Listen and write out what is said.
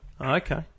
Okay